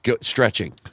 stretching